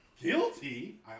guilty